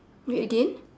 wait again